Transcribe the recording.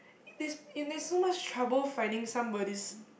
it and there's so much trouble finding somebody's